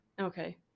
okay